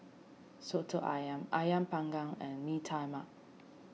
Soto Ayam Ayam Panggang and Mee Tai Mak